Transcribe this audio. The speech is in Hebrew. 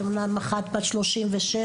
אומנם אחת בת 36,